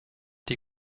die